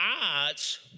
odds